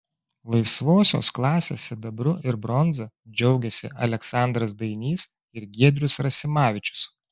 laisvosios klasės sidabru ir bronza džiaugėsi aleksandras dainys ir giedrius rasimavičius